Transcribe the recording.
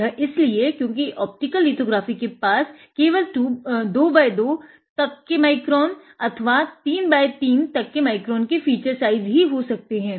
यह इसलिए क्योंकि ऑप्टिकल लिथोग्राफी के पास केवल 2 बाय 2 तक के माइक्रोन अथवा 3 बाय 3 तक के माइक्रोन के फीचर साइज़ ही हो सकते हैं